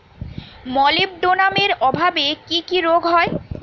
মলিবডোনামের অভাবে কি কি রোগ হয়?